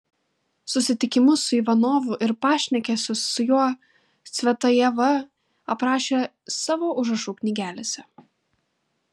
susitikimus su ivanovu ir pašnekesius su juo cvetajeva aprašė savo užrašų knygelėse